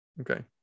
Okay